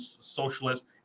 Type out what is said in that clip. socialists